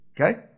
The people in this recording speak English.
Okay